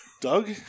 Doug